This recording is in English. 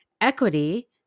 equity